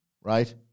right